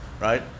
right